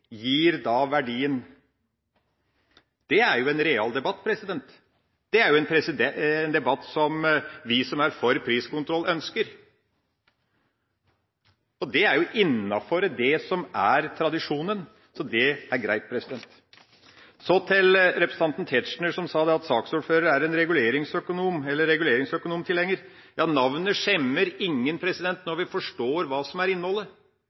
gir da verdien. Det er jo en real debatt. Det er en debatt som vi som er for priskontroll, ønsker. Og det er jo innenfor det som er tradisjonen, så det er greit. Så til representanten Tetzschner, som sa at saksordføreren er en reguleringsøkonomitilhenger. Ja, navnet skjemmer ingen når vi forstår hva som er innholdet.